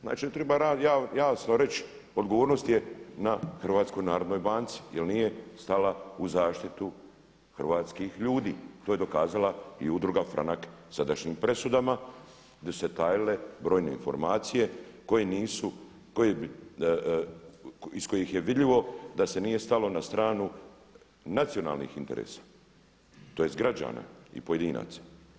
Znači da treba jasno reći, odgovornost je na HNB-u jer nije stala u zaštitu hrvatskih ljudi, to je dokazala i udruga Franak sadašnjim presudama gdje su se tajile brojne informacije koje nisu, koje bi, iz kojih je vidljivo da se nije stalo na stranu nacionalnih interesa tj. građana i pojedinaca.